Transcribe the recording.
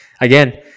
Again